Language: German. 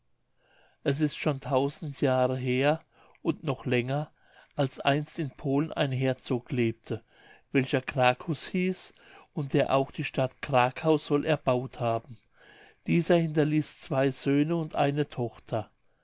es ist schon tausend jahre her und noch länger als einst in polen ein herzog lebte welcher cracus hieß und der auch die stadt crakau soll erbaut haben dieser hinterließ zwei söhne und eine tochter